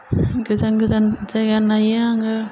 गोजान गोजान जायगा नायो आङो